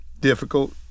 difficult